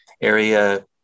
area